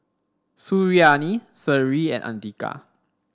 Suriani Seri and Andika